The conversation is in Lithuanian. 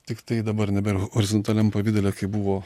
tiktai dabar nebėr horizontaliam pavidale kai buvo